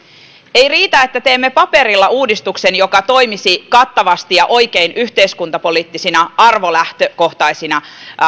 ei riitä että teemme paperilla uudistuksen joka toimisi kattavasti ja oikein yhteiskuntapoliittisina arvolähtökohtaisina